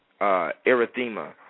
erythema